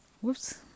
Whoops